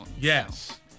Yes